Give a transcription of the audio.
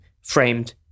framed